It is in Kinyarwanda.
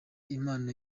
impano